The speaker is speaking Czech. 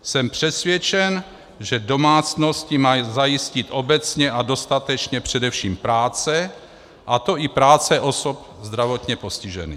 Jsem přesvědčen, že domácnosti má zajistit obecně a dostatečně především práce, a to i práce osob zdravotně postižených.